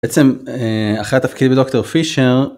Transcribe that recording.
בעצם אחרי התפקיד בדוקטור פישר.